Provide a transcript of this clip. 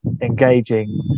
engaging